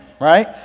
right